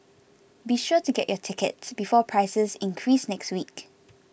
be sure to get your tickets before prices increase next week